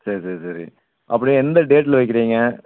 சரி சரி சரி அப்படியா எந்த டேட்டில் வைக்கிறீங்க